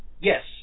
Yes